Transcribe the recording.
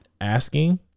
asking